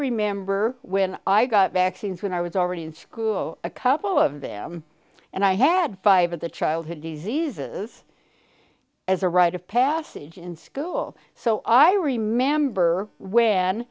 remember when i got vaccines when i was already in school a couple of them and i had five of the childhood diseases as a rite of passage in school so i remember when